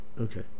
Okay